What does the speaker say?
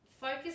focus